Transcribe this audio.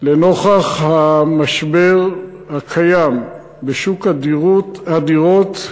לנוכח המשבר הקיים בשוק הדירות,